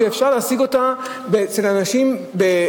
כשאפשר להשיג אותה במחירים,